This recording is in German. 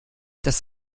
das